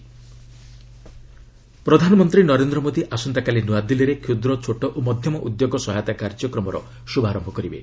PM MSME outreach ପ୍ରଧାନମନ୍ତ୍ରୀ ନରେନ୍ଦ୍ର ମୋଦି ଆସନ୍ତାକାଲି ନୂଆଦିଲ୍ଲୀରେ କ୍ଷୁଦ୍ର ଛୋଟ ଓ ମଧ୍ୟମ ଉଦ୍ୟୋଗ ସହାୟତା କାର୍ଯ୍ୟକ୍ରମର ଶୁଭାରମ୍ଭ କରିବେ